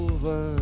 Over